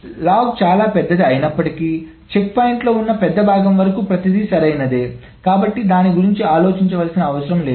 కాబట్టి లాగ్ చాలా పెద్దది అయినప్పటికీ చెక్ పాయింట్ ఉన్న పెద్ద భాగం వరకు ప్రతిదీ సరైనది కాబట్టి దాని గురించి ఆలోచించాల్సిన అవసరం లేదు